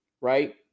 right